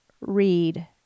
read